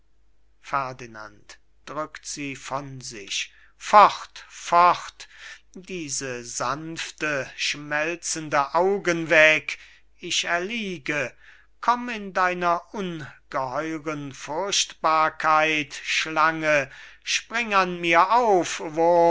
sich fort fort diese sanften schmelzenden augen weg ich erliege komm in deiner ungeheuern furchtbarkeit schlange spring an mir auf